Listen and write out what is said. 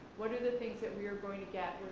what are the things that we are going to get?